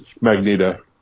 Magneto